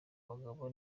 bagabo